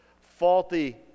Faulty